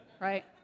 Right